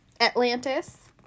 Atlantis